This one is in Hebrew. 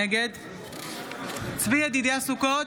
נגד צבי ידידיה סוכות,